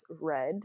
Red